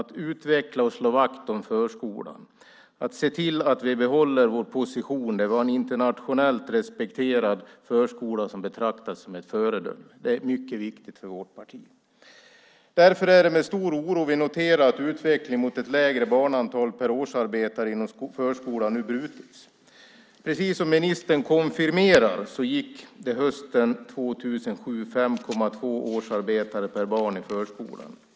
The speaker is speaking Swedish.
Att utveckla och slå vakt om förskolan och att se till att vi behåller vår position där vi har en internationellt respekterad förskola som betraktas som ett föredöme är mycket viktigt för vårt parti. Därför är det med stor oro vi noterar att utvecklingen mot ett lägre barnantal per årsarbetare inom förskolan nu brutits. Precis som ministern konfirmerar gick det hösten 2007 5,2 barn per årsarbetare i förskolan.